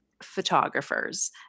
photographers